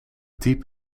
diep